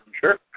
sure